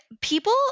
people